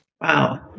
Wow